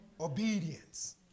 Obedience